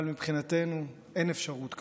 אבל מבחינתנו אין אפשרות כזאת.